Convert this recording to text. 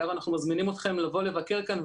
וגם אנחנו מזמינים אתכם לבוא לבקר כאן,